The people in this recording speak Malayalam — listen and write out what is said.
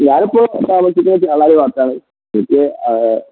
ഞാൻ ഇപ്പോൾ താമസിക്കുന്നത് പാലായി ഭാഗത്താണ് എനിക്ക്